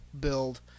build